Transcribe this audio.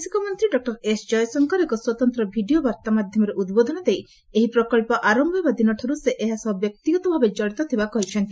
ବୈଦେଶିକ ମନ୍ତ୍ରୀ doctor S Jaishankar ଏକ ସ୍ୱତନ୍ତ ଭିଡ଼ିଓ ବାର୍ତ୍ତା ମାଧ୍ୟମରେ ଉଦ୍ବୋଧନ ଦେଇ ଏହି ପ୍ରକଳ୍ପ ଆରମ୍ଭ ହେବା ଦିନଠାରୁ ସେ ଏହାସହ ବ୍ୟକ୍ତିଗତ ଭାବେ ଜଡ଼ିତ ଥିବା କହିଛନ୍ତି